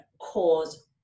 cause